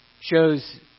shows